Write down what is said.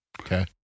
Okay